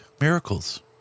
miracles